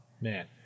man